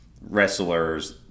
wrestlers